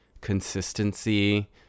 consistency